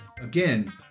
again